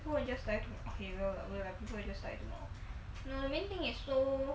people will just die to whatever right people will just die tomorrow the main thing is so